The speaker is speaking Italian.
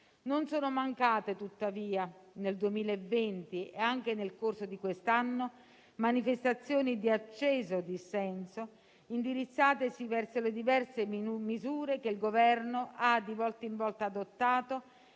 Non sono mancate tuttavia nel 2020, e anche nel corso di quest'anno, manifestazioni di acceso dissenso, indirizzatesi verso le diverse misure che il Governo ha di volta in volta adottato